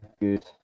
Good